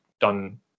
done